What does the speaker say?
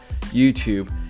YouTube